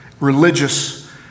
religious